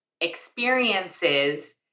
experiences